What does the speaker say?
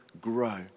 grow